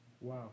Wow